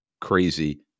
crazy